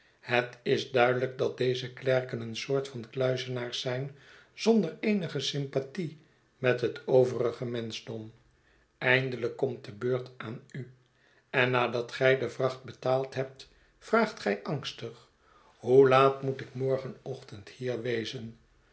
het is duidelijk dat deze klerken een soort van kluizenaars zijn zonder eenige sympathie met het overige menschdom eindelijk komt de beurt aan u en nadat gij de vracht betaald hebt vraagt gij angstig hoe laat moet ik morgenochtend hier wezen